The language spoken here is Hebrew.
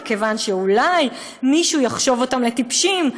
מכיוון שאולי מישהו יחשוב אותם לטיפשים.